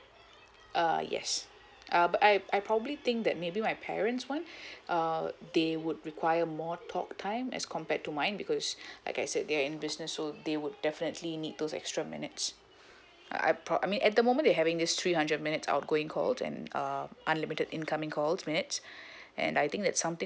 uh yes uh but I I probably think that maybe my parents one uh they would require more talk time as compared to mine because like I said they're in business so they would definitely need those extra minutes uh I prob~ I mean at the moment they're having this three hundred minutes outgoing call and uh unlimited incoming calls minutes and I think that's something